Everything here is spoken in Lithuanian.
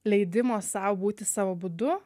leidimo sau būti savo būdu